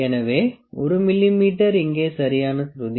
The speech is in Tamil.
எனவே 1 மிமீ இங்கே சரியான சுருதி